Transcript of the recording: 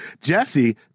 Jesse